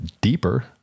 deeper